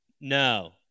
No